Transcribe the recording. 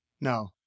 No